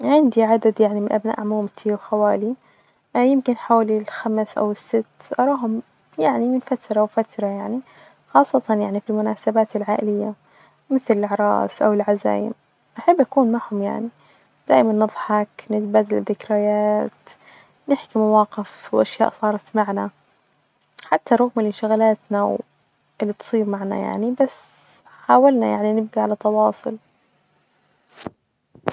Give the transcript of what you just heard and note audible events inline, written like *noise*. عندي عدد يعني من أبناء عمومتي وخوالي، يمكن حولي خمس أو ست أراهم يعني من فترة وفترة يعني ،خاصة يعني في المناسبات العائلية مثل الاعراس أو العزايم ،أحب اكون معهم يعني دائما نظحك نتبادل الذكريات ،نحكي مواقف وأشياء صارت معنا ،حتى رغم انشغالاتنا اللي تصير معنا يعني بس حاولنا يعني نبجى على تواصل. *noise*